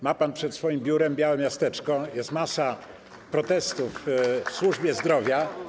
Ma pan przed swoim biurem białe miasteczko, jest masa protestów w służbie zdrowia.